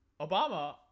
Obama